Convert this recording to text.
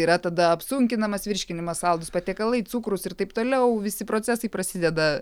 yra tada apsunkinamas virškinimas saldūs patiekalai cukrus ir taip toliau visi procesai prasideda